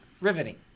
riveting